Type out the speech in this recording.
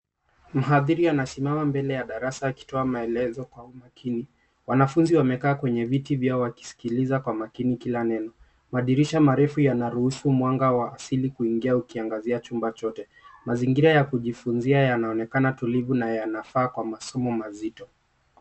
Mhadhiri wanasimama mbele ya darasa akitoa maelezo kwa umakini. Wanafunzi wamekaa kwenye viti wakisikiliza kwa makini kila neno. Madirisha marefu yanaruhusu mwanga wa asili kuingia ukiangazia chumba chote. Mazingira ya kujifunzia yanaonekana tulivu na yanafaa kwa masomo mazito.